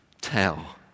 tell